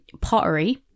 pottery